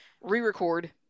re-record